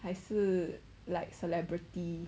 还是 like celebrity